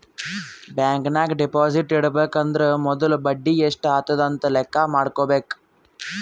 bank ನಾಗ್ deposit ಇಡಬೇಕ ಅಂದುರ್ ಮೊದುಲ ಬಡಿ ಎಸ್ಟ್ ಆತುದ್ ಅಂತ್ ಲೆಕ್ಕಾ ಮಾಡ್ಕೋಬೇಕ